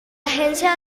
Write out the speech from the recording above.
agencia